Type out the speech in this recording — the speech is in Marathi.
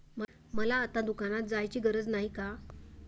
मला आता दुकानात जायची गरज नाही का?